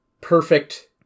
perfect